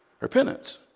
Repentance